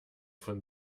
von